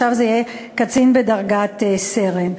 עכשיו זה יהיה קצין בדרגת סרן.